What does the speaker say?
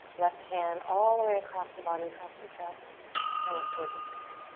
left hand all the way across the body, across the chest and up towards the sky.